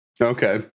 Okay